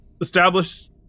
established